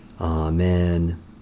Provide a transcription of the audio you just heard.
Amen